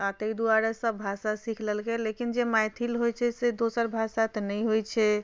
आ ताहि दुआरे सब भाषा सीख लेलकै लेकिन जे मैथिल होइत छै से दोसर भाषा तऽ नहि होइत छै